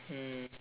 mm